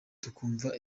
tukumva